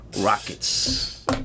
Rockets